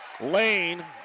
Lane